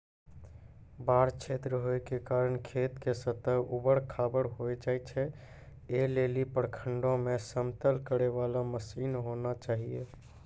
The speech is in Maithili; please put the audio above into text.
बाढ़ क्षेत्र होय के कारण खेत के सतह ऊबड़ खाबड़ होय जाए छैय, ऐ लेली प्रखंडों मे समतल करे वाला मसीन होना चाहिए?